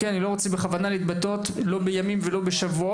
אני בכוונה לא רוצה להתבטא, לא בימים ולא בשבועות.